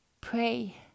Pray